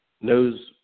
knows